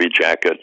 jacket